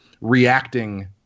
reacting